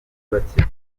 bake